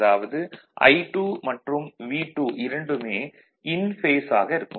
அதாவது I2 மற்றும் V2 இரண்டுமே "இன் பேஸ்" ஆக இருக்கும்